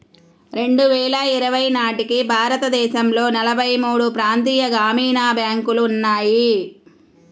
రెండు వేల ఇరవై నాటికి భారతదేశంలో నలభై మూడు ప్రాంతీయ గ్రామీణ బ్యాంకులు ఉన్నాయి